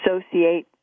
associate